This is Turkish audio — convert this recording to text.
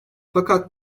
fakat